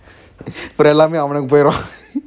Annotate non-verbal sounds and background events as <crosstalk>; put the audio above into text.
பிறகு எல்லாமே அவனுக்கு போய்ரும்:piraku ellame avanukku poirum <laughs>